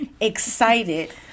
excited